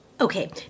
okay